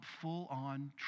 full-on